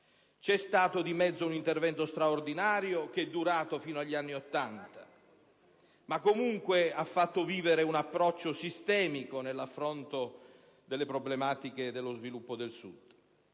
c'è stato di mezzo un intervento straordinario, durato fino agli anni '80, ma che comunque ha fatto vivere un approccio sistemico nell'affrontare le problematiche dello sviluppo del Sud.